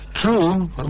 True